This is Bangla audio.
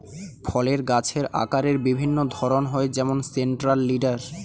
ফলের গাছের আকারের বিভিন্ন ধরন হয় যেমন সেন্ট্রাল লিডার